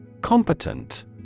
Competent